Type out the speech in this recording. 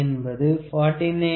S 4950 M